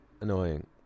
annoying